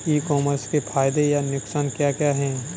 ई commerce के फायदे या नुकसान क्या क्या हैं?